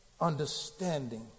understanding